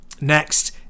Next